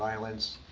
violence,